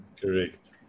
Correct